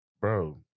Bro